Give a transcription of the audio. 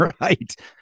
right